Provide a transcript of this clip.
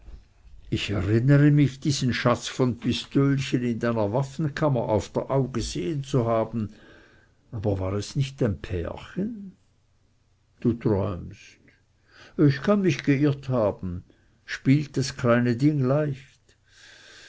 ich erinnere mich diesen schatz von pistölchen in deiner waffenkammer auf der au gesehen zu haben aber war es nicht ein pärchen du träumst ich kann mich geirrt haben spielt das kleine ding leicht